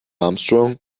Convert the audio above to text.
armstrong